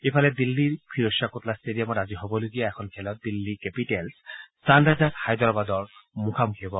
ইফালে দিল্লীৰ ফিৰোজ শ্বাহ কোটলা টেটডিয়ামত আজি হবলগীয়া এখন খেলত দিল্লী কেপিটেলছ ছানৰাইজাৰ্ছ হায়দৰাবাদৰ মুখামুখি হ'ব